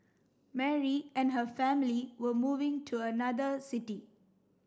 Mary and her family were moving to another city